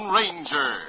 Ranger